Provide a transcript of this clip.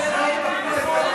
זה לא ימין ושמאל.